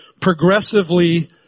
progressively